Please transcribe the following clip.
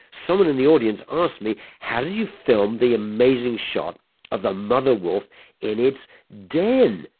someone in the audience asked me, how did you film the amazing shot of the mother wolf in its den?